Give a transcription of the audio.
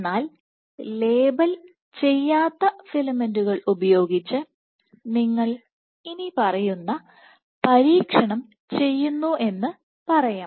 എന്നാൽ ലേബൽ ചെയ്യാത്ത ഫിലമെന്റുകൾ ഉപയോഗിച്ച് നിങ്ങൾ ഇനിപ്പറയുന്ന പരീക്ഷണം ചെയ്യുന്നുവെന്ന് പറയാം